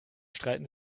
streiten